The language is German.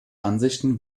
ansichten